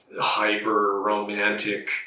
hyper-romantic